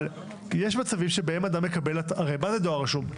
מה זה דואר רשום?